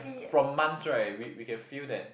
from months right we we can feel that